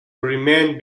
remain